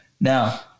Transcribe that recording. Now